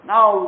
Now